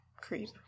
Creep